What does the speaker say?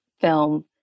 film